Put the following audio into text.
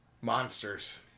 monsters